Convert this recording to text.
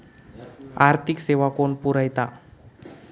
आर्थिक सेवा कोण पुरयता?